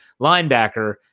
linebacker